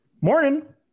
morning